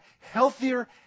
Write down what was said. healthier